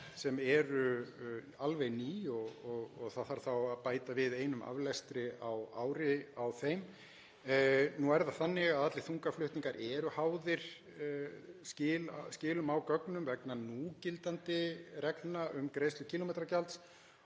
sem eru alveg ný og það þarf þá að bæta við einum aflestri á ári á þeim. Nú er það þannig að allir þungaflutningar eru háðir skilum á gögnum vegna núgildandi reglna um greiðslu kílómetragjalds